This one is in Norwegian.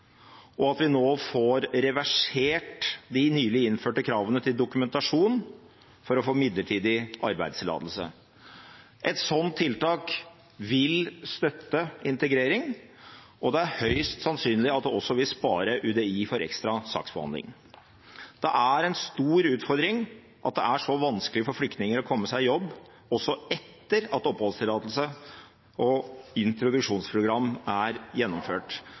og at vi nå får reversert de nylig innførte kravene til dokumentasjon for å få midlertidig arbeidstillatelse. Et sånt tiltak vil støtte integrering, og det er høyst sannsynlig at det også vil spare UDI for ekstra saksbehandling. Det er en stor utfordring at det er så vanskelig for flyktninger å komme seg i jobb også etter at oppholdstillatelse er gitt og introduksjonsprogram er gjennomført.